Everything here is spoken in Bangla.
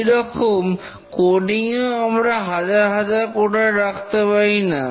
সেই রকমই কোডিং এও আমরা হাজার হাজার কোডার রাখতে পারি না